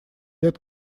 лет